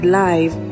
live